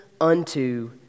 unto